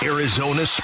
Arizona